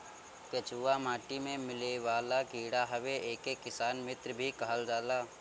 केचुआ माटी में मिलेवाला कीड़ा हवे एके किसान मित्र भी कहल जाला